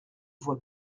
voix